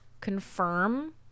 confirm